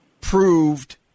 proved